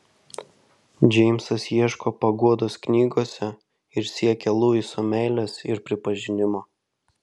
džeimsas ieško paguodos knygose ir siekia luiso meilės ir pripažinimo